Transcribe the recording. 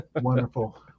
wonderful